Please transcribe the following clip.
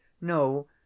No